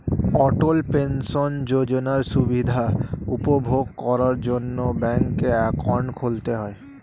অটল pension যোজনার সুবিধা উপভোগ করার জন্যে ব্যাংকে অ্যাকাউন্ট খুলতে হয়